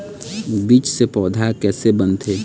बीज से पौधा कैसे बनथे?